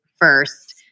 first